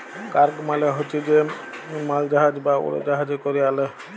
cargo মালে হছে যে মালজাহাজ বা উড়জাহাজে ক্যরে আলে